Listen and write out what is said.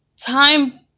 time